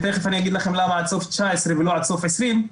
ותיכף אגיד למה עד סוף 2019 ולא עד סוף 2020,